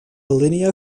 linear